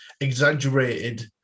exaggerated